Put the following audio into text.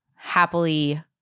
happily